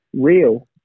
real